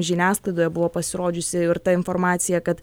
žiniasklaidoje buvo pasirodžiusi ir ta informacija kad